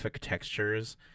textures